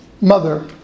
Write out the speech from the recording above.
Mother